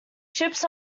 ships